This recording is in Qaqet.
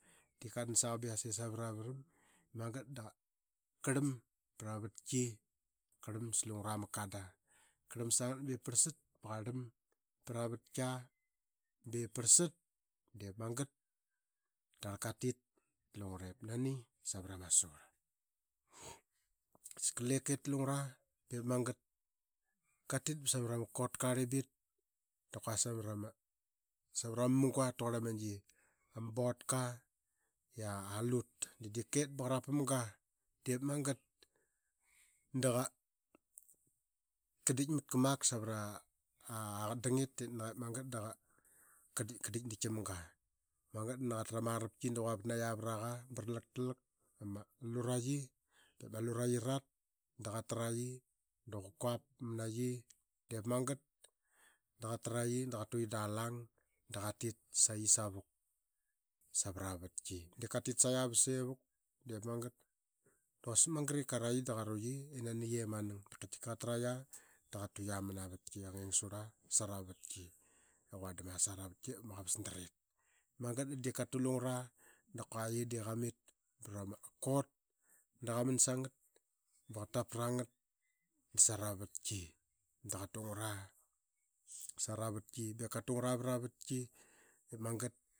Katolan saqa ba yase savra ma varam. Magat da qa qarlam sa mana mavatki. Karlam sa lungura ma Knada, ka rlam sangat ba ip parlsat i qa rlam pra ma vatki ba ip parlsat diip magat da qarl katit ta lungure ip nani savra surl. As karl lep kept ta lungura ip magat da qatit ba savra ma kotka arlimbit. Dap kua samara ma ama munga raqurl ama gi botka i alut. Diip ket ba qarap pamga diip magat da qa dikmat. Ka mak savra ma aqatdangit ip magat da qa dikdik tam ga. Magat da nani qatrama arapki da qavuavat naqia vra qa ba ralak tlak ama luraqi ba ma luraqi yiararat. Ba ip ama luraqi yararat da qatraqi da qa kuapmanaqi da qa tra qi da qa tuqi da lang da qa tit saqi savut savra ma vatki. Diip katit saqia ba sivuk diip magat da quasik mangara ip kara qi da qaruai i qa nging surl aa sarama vatki da quandan aa sarama vatki ip ma qavasdarit. Magat da diip ka tu lungura dap kua iyie de qamit barama kotda qa man snagat ba qa tap [ra gat savrama vatki dap kua qa tungra sarama vatki ba meka rangung aa sara ma vatki ip magat.